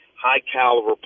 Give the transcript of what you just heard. high-caliber